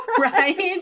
Right